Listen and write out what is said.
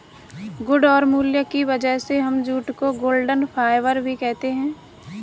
गुण और मूल्य की वजह से हम जूट को गोल्डन फाइबर भी कहते है